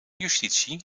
justitie